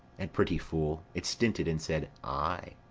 and, pretty fool, it stinted, and said ay.